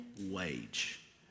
wage